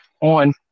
on